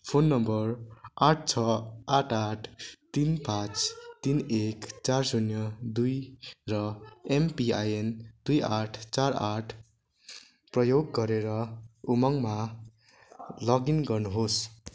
phone number आठ छ आठ आठ तिन पाँच तिन एक चार शून्य दुई र एमपिआइएन दुई आठ चार आठ प्रयोग गरेर उमङमा लगइन गर्नुहोस्